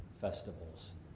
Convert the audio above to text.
festivals